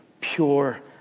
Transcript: pure